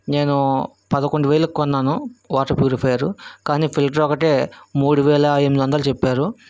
నేను పదకొండు వేలకు కొన్నాను వాటర్ ప్యూరిఫయరు కాని ఫిల్టర్ ఒక్కటే మూడువేల ఎనిమిది వందలు చెప్పారు